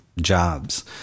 jobs